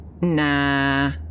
Nah